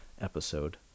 episode